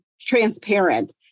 transparent